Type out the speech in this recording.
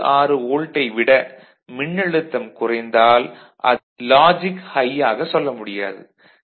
66 வோல்ட்டை விட மின்னழுத்தம் குறைந்தால் அது லாஜிக் ஹை ஆக சொல்ல முடியாது